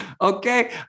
Okay